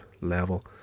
level